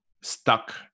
stuck